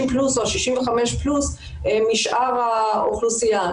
פלוס או ה-65 פלוס משאר האוכלוסייה.